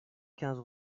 quinze